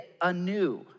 anew